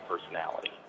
personality